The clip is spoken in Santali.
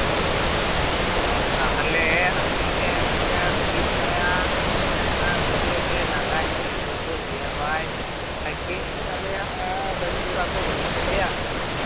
ᱚ ᱛᱟᱦᱞᱮ ᱟᱹᱞᱤᱧ ᱨᱮᱱ ᱢᱤᱫᱴᱮᱱ ᱨᱩᱜᱤ ᱢᱮᱱᱟᱭᱟ ᱯᱮᱥᱮᱱᱴ ᱢᱮᱱᱟᱭᱟ ᱠᱷᱩᱵᱮᱭ ᱜᱮ ᱞᱟᱝᱜᱟ ᱧᱚᱜ ᱜᱮᱭᱟᱭ ᱫᱩᱨᱵᱚᱞ ᱜᱮᱭᱟᱭ ᱵᱟᱭ ᱥᱟᱭᱠᱮᱞ ᱟᱞᱮᱭᱟᱦ ᱦᱩᱸ ᱜᱟᱹᱰᱤ ᱜᱷᱚᱲᱟ ᱠᱚᱦᱚᱸ ᱵᱟᱹᱱᱩᱜ ᱛᱟᱞᱮᱭᱟ